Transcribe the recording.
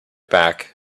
back